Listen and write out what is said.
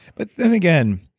but then again,